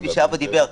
כפי שהאבא דיבר,